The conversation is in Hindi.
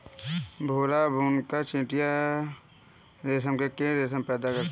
भूरा बुनकर चीटियां रेशम के कीड़े रेशम पैदा करते हैं